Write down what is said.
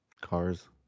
cars